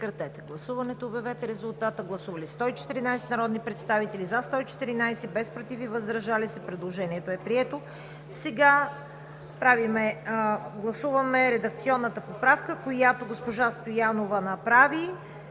Гласуваме редакционната поправка, която госпожа Стоянова направи